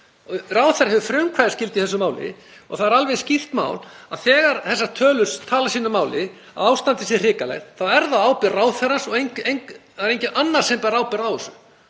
Ráðherra hefur frumkvæðisskyldu í þessu máli og það er alveg skýrt að þegar þessar tölur tala sínu máli, þ.e. að ástandið sé hrikalegt, þá er það á ábyrgð ráðherrans, það er enginn annar sem ber ábyrgð á þessu.